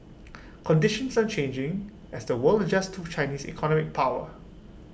conditions are changing as the world adjusts to Chinese economic power